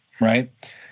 right